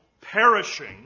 perishing